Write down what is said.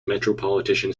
metropolitan